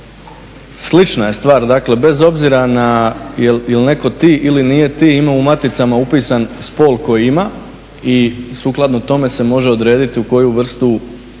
slična je stvar, dakle bez obzira na jel' netko T ili nije T ima u maticama upisan spol koji ima i sukladno tome se može odrediti u koju vrstu